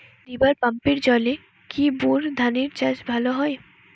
River পাম্পের জলে কি বোর ধানের চাষ ভালো হয়?